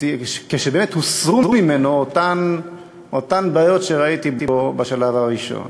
כשבאמת הוסרו ממנו אותן בעיות שראיתי בו בשלב הראשון.